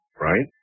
Right